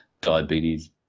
diabetes